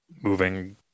moving